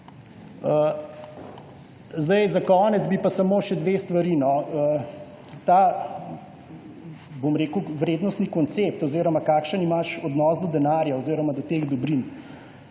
Za konec pa samo še dve stvari. Ta vrednostni koncept oziroma kakšen imaš odnos do denarja oziroma do teh dobrin.